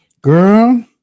girl